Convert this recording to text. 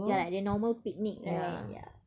ya like the normal picnic right ya